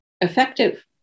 effective